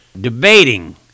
debating